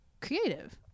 creative